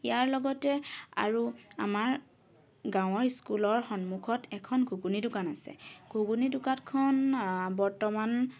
ইয়াৰ লগতে আৰু আমাৰ গাঁৱৰ স্কুলৰ সন্মুখত এখন ঘুগুনি দোকান আছে ঘুগুনি দোকানখন বৰ্তমান